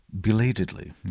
Belatedly